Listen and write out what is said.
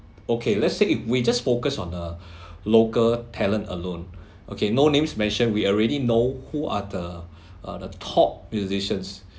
okay let's say if we just focus on the local talent alone okay no names mentioned we already know who are the are the top musicians